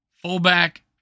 Fullback